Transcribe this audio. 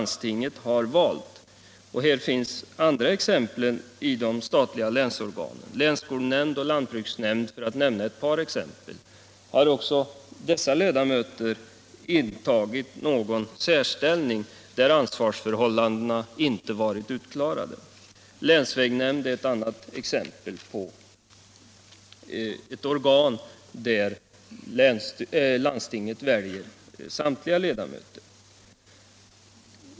Det finns andra exempel från statliga länsorgan — länsskolnämnderna och lantbruksnämnderna, för att nämna ett par. Har ledamöterna i dessa nämnder intagit någon särställning, där = ansvarsförhållandena inte varit = utklarade? Länsvägnämnderna är ett annat exempel på organ där landstingen väljer samtliga ledamöter.